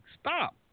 stop